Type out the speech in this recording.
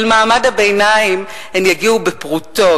אל מעמד הביניים הן יגיעו בפרוטות,